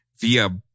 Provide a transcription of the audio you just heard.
via